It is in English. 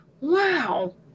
Wow